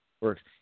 works